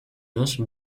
dos